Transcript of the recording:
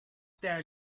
there